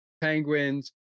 penguins